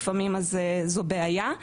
וזאת בעיה.